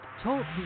talk